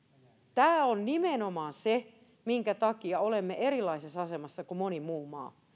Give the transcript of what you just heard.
tämä on nimenomaan se minkä takia olemme erilaisessa asemassa kuin moni muu maa